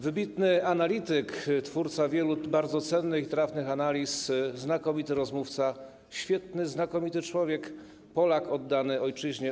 Wybitny analityk, twórca wielu bardzo cennych i trafnych analiz, znakomity rozmówca, świetny, znakomity człowiek, Polak oddany ojczyźnie.